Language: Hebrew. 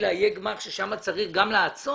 למה צריך את זה?